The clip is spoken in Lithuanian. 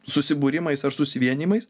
susibūrimais ar susivienijimais